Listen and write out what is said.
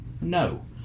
No